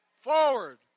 Forward